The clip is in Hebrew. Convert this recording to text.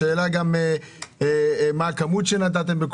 ומה הכמות שנתתם.